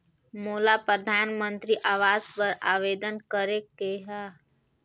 मोला परधानमंतरी आवास बर आवेदन करे के हा?